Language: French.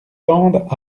tendent